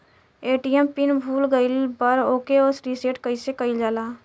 ATM pin भूल गईल पर ओके रीसेट कइसे कइल जाला?